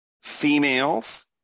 females